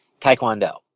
Taekwondo